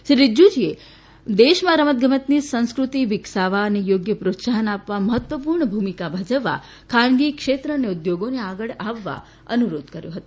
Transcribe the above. શ્રી રિજીજુએ દેશમાં રમત ગમતની સંસ્કૃતિ વિકસાવવા અને યોગ્ય પ્રોત્સાહન આપવા મહત્વપૂર્ણ ભૂમિકા ભજવવા ખાનગી ક્ષેત્ર અને ઉદ્યોગોને આગળ આવવા અનુરોધ કર્યો હતો